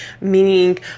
Meaning